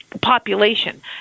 population